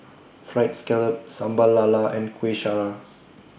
Fried Scallop Sambal Lala and Kuih Syara